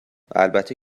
البته